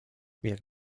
jak